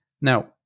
Now